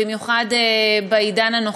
במיוחד בעידן זה.